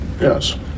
yes